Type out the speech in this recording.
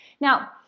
Now